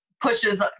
pushes